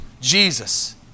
Jesus